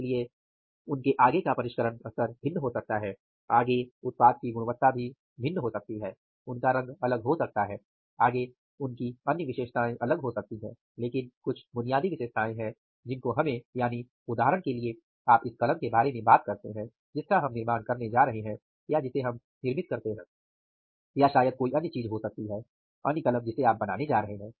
इसलिए उनके आगे का परिष्करण स्तर भिन्न हो सकता है आगे उत्पाद की गुणवत्ता भी भिन्न हो सकती है उनका रंग अलग हो सकता है आगे उनकी अन्य विशेषताएं अलग हो सकती हैं लेकिन कुछ बुनियादी विशेषताएं हैं जिनको हमें यानि उदाहरण के लिए आप इस कलम के बारे में बात करते हैं जिसका हम निर्माण करने जा रहे हैं या शायद कोई अन्य चीज हो सकती है अन्य कलम जिसे आप बनाने जा रहे हैं